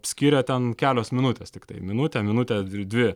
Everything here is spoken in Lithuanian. skyrė ten kelios minutės tiktai minutė minutė dvi